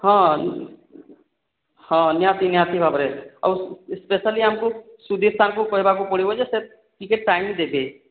ହଁ ହଁ ନିହାତି ନିହାତି ଭାବରେ ଆଉ ସ୍ପେସାଲି ଆମକୁ ସୁଧୀର ସାର୍ଙ୍କୁ କହିବାକୁ ପଡ଼ିବ ଯେ ସେ ଟିକିଏ ଟାଇମ୍ ଦେବେ